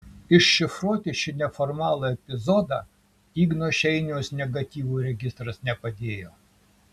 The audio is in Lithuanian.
iššifruoti šį neformalų epizodą igno šeiniaus negatyvų registras nepadėjo